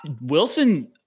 Wilson